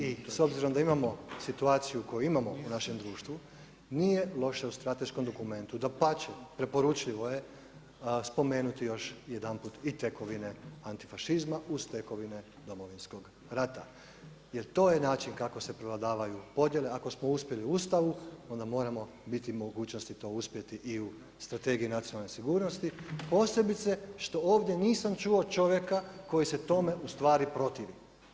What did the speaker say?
I s obzirom da imamo situaciju koju imamo u našem društvu, nije loše u strateškom dokumentu, dapače, preporučljivo je spomenuti još jedanput i tekovine antifašizma uz tekovine Domovinskog rata jer to je način kako se prevladavaju podjele ako smo uspjeli u Ustavu onda moramo biti u mogućnosti to uspjeti i u Strategiji nacionalne sigurnosti, posebice što ovdje nisam čuo čovjeka koji se tome ustvari protivi.